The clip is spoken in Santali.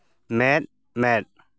ᱢᱮᱫ ᱢᱮᱫ